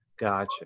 Gotcha